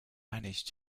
managed